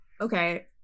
Okay